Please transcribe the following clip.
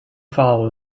file